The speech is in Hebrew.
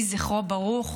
יהי זכרו ברוך.